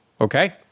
okay